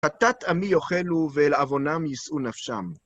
חטאת עמי יאכלו ואל עוונם ישאו נפשם